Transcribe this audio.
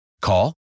Call